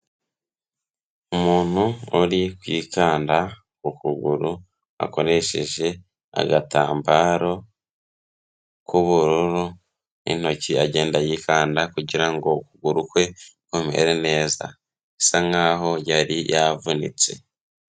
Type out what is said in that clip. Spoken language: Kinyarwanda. Umuntu uri kwikanda ukuguru akoresheje agatambaro k'ubururu n'intoki, agenda yikanda kugira ngo ukuguru kumere neza. Bisa nk'aho yari yavunitse.